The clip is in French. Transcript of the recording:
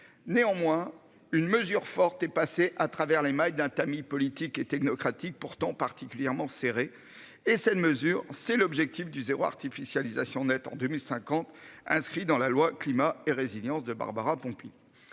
Néanmoins, une mesure forte et passer à travers les mailles d'un tamis politique et technocratique, pourtant particulièrement serré et cette mesure, c'est l'objectif du zéro artificialisation nette en 2050, inscrit dans la loi climat et résilience de Barbara Pompili.